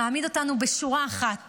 מעמיד אותנו בשורה אחת